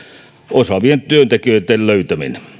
osaavien työntekijöiden löytäminen